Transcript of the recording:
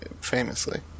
Famously